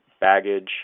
baggage